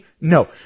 No